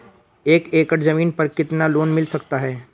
एक एकड़ जमीन पर कितना लोन मिल सकता है?